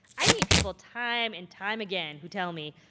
i meet people time and time again who tell me,